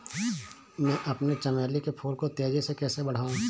मैं अपने चमेली के फूल को तेजी से कैसे बढाऊं?